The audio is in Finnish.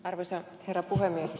arvoisa herra puhemies